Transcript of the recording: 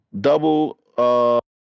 double